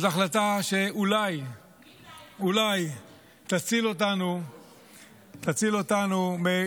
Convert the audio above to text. זו החלטה שאולי אולי תציל אותנו מהתקוממות